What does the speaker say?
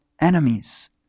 enemies